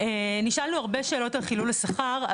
נשאלנו הרבה שאלות על חילול השכר,